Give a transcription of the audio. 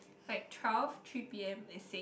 like twelve three p_m and six